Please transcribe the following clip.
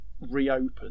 reopen